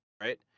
right